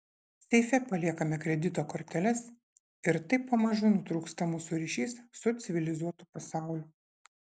seife paliekame kredito korteles ir taip pamažu nutrūksta mūsų ryšys su civilizuotu pasauliu